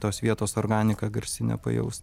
tos vietos organiką garsinę pajaust